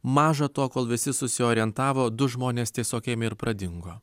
maža to kol visi susiorientavo du žmonės tiesiog ėmė ir pradingo